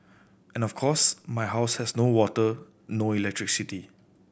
and of course my house had no water no electricity